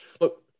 Look